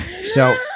So-